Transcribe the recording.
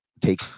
take